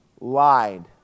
lied